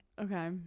Okay